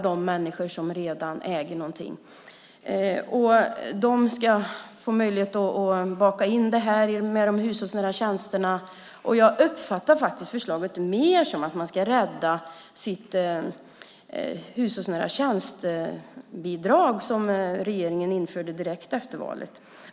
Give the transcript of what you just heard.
De ska få möjlighet att baka in detta i de hushållsnära tjänsterna. Jag uppfattar förslaget som att man vill rädda bidraget till hushållsnära tjänster som regeringen införde direkt efter valet.